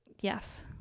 yes